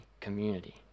community